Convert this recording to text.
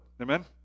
Amen